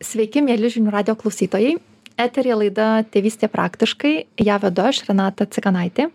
sveiki mieli žinių radijo klausytojai eteryje laida tėvystė praktiškai ją vedu aš renata cikanaitė